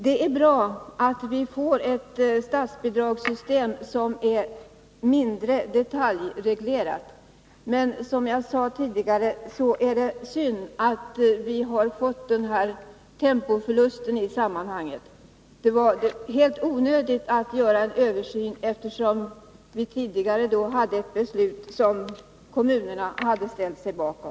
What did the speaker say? Det är bra att vi får ett statsbidragssystem som är mindre detaljreglerat, men som jag sade tidigare är det synd att vi har fått den här tempoförlusten i sammanhanget. Det var onödigt att göra en översyn, eftersom vi tidigare hade ett beslut som kommunerna hade ställt sig bakom.